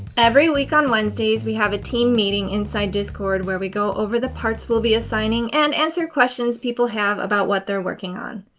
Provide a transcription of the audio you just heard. every week on wednesdays we have a team meeting inside discord where we go over the parts we'll be assigning and answer questions people have about what they're working on.